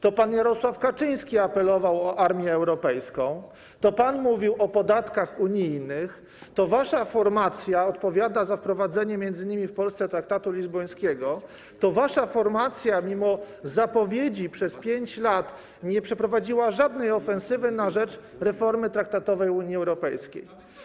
To pan Jarosław Kaczyński apelował o armię europejską, to pan mówił o podatkach unijnych, to wasza formacja odpowiada m.in. za wprowadzenie w Polsce traktatu lizbońskiego, to wasza formacja, mimo zapowiedzi, przez 5 lat nie przeprowadziła żadnej ofensywy na rzecz reformy traktatowej Unii Europejskiej.